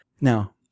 Now